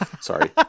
sorry